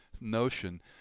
notion